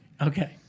Okay